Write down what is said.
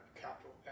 capital